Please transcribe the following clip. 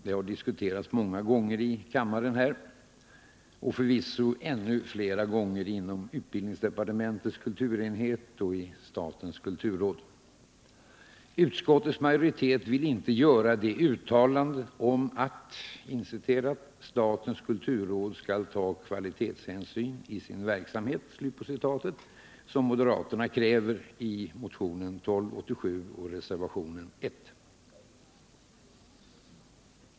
Det har diskuterats många gånger här i kammaren — och förvisso ännu fler gånger inom utbildningsdepartementets kulturenhet och i statens kulturråd. Utskottets majoritet vill inte göra det uttalande om att ”statens kulturråd skall ta kvalitetshänsyn i sin verksamhet” som moderaterna kräver i sin motion 1287 och i reservationen 1.